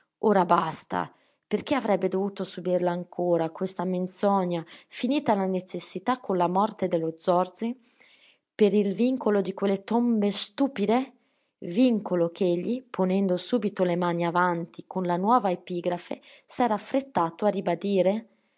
ora basta perché avrebbe dovuto subirla ancora questa menzogna finita la necessità con la morte dello zorzi per il vincolo di quelle tombe stupide vincolo ch'egli ponendo subito le mani avanti con la nuova epigrafe s'era affrettato a ribadire